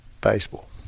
Baseball